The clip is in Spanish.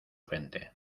gente